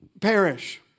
perish